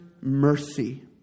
mercy